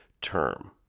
term